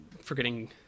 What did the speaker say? forgetting